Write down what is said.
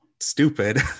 stupid